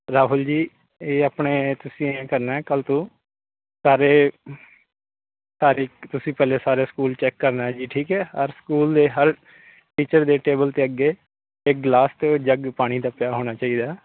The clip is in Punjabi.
ਰਾਹੁਲ ਜੀ ਇਹ ਆਪਣੇ ਤੁਸੀਂ ਐਂ ਕਰਨਾ ਕੱਲ੍ਹ ਤੋਂ ਸਾਰੇ ਤਾਰੀਖ ਤੁਸੀਂ ਪਹਿਲਾਂ ਸਾਰੇ ਸਕੂਲ ਚੈੱਕ ਕਰਨਾ ਜੀ ਠੀਕ ਹੈ ਹਰ ਸਕੂਲ ਦੇ ਹਰ ਟੀਚਰ ਦੇ ਟੇਬਲ 'ਤੇ ਅੱਗੇ ਇੱਕ ਗਲਾਸ ਅਤੇ ਜੱਗ ਪਾਣੀ ਦਾ ਪਿਆ ਹੋਣਾ ਚਾਹੀਦਾ